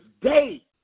day